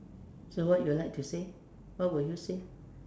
so what you like to say what would you say